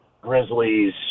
Grizzlies